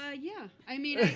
ah yeah. i mean,